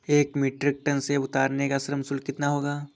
एक metric ton सेव उतारने का श्रम शुल्क कितना होगा?